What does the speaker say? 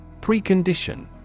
Precondition